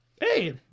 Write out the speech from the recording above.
Hey